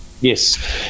yes